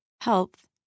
health